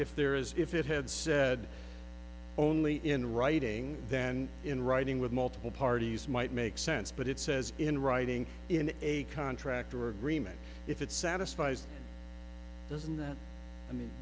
if there is if it had said only in writing then in writing with multiple parties might make sense but it says in writing in a contract or agreement if it satisfies doesn't